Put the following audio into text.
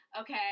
okay